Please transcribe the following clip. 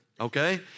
okay